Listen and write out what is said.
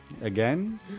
Again